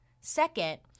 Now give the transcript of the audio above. Second